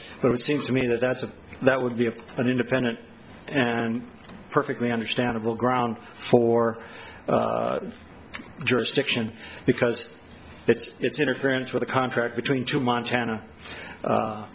but it seems to me that that's a that would be an independent and perfectly understandable ground for jurisdiction because it's interference with a contract between two montana